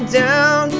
down